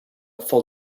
full